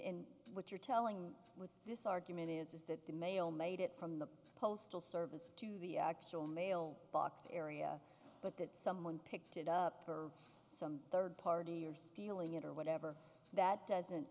what you're telling me with this argument is that the mail made it from the postal service to the actual mail box area but that someone picked it up or some third party are stealing it or whatever that